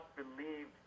believe